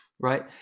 Right